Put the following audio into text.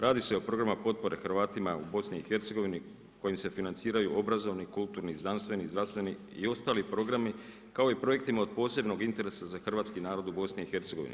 Radi se o programima potpore Hrvatima u BIH, koji se financiraju obrazovanim, kulturnim, znanstveni i zdravstveni i ostali programi, kao i projektima od posebnog interesa za hrvatski narod u BIH.